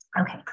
Okay